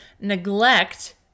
neglect